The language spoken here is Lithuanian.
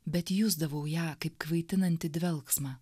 bet jusdavau ją kaip kvaitinantį dvelksmą